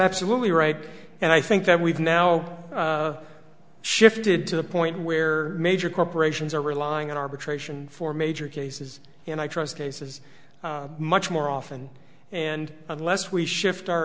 absolutely right and i think that we've now shifted to the point where major corporations are relying on arbitration for major cases and i trust cases much more often and unless we shift our